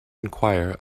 enquire